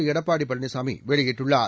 எடப்பாடிபழனிசாமிவெளியிட்டு ள்ளார்